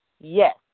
Yes